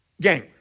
Gang